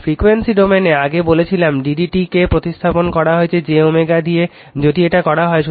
আর frequency ডোমেইনে আগে বলেছিলাম dd t কে প্রতিস্থাপিত করা হয়েছে j ω দিয়ে যদি এটা করা হয়